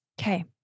Okay